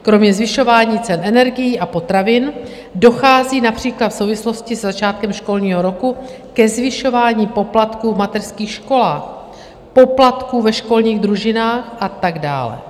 Kromě zvyšování cen energií a potravin dochází například v souvislosti se začátkem školního roku ke zvyšování poplatků v mateřských školách, poplatků ve školních družinách a tak dále.